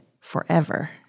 forever